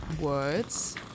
words